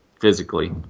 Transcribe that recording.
physically